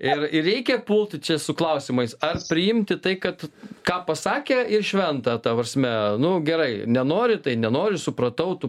ir ir reikia pulti čia su klausimais ar priimti tai kad ką pasakė ir šventa ta prasme nu gerai nenori tai nenori supratau tu